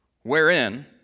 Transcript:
wherein